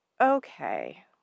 okay